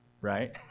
Right